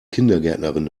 kindergärtnerin